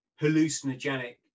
hallucinogenic